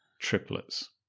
triplets